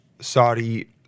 Saudi